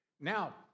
Now